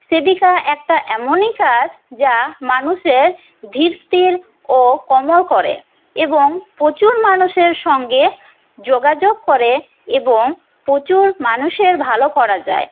সেবিকা একটা এমনই কাজ যা মানুষের ধীরস্থির ও করে এবং প্রচুর মানুষের সঙ্গে যোগাযোগ করে এবং প্রচুর মানুষের ভালো করা যায়